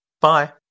Bye